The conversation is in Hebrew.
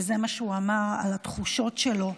וזה מה שהוא אמר על התחושות שלו,